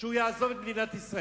לא יעזוב את מדינת ישראל?